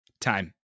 time